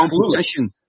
competition